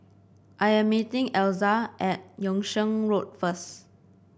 I am meeting Elza at Yung Sheng Road first